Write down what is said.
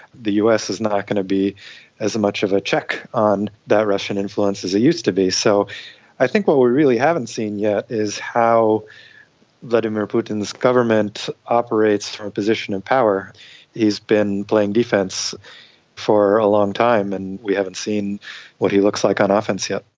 the us is not going to be as much of a check on that russian influence as it used to be. so i think what we really haven't seen yet is how vladimir putin's government operates from a position of power. he has been playing defence for a long time and we haven't seen what he looks like on offence yet.